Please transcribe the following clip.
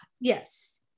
Yes